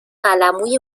قلموی